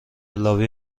لابی